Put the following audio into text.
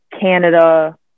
Canada